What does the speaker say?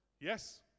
Yes